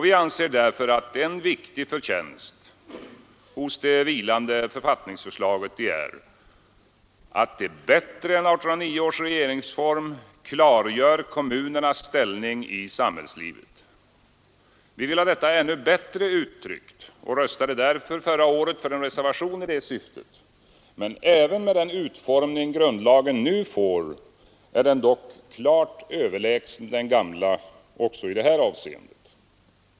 Vi anser därför att en viktig förtjänst hos det vilande författningsförslaget är att det bättre än 1809 års regeringsform klargör kommunernas ställning i samhällslivet. Vi vill ha detta ännu bättre uttryckt och röstade därför förra året för en reservation i det syftet. Men även med den utformning grundlagen nu får är den klart överlägsen den gamla också i detta avseende.